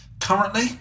currently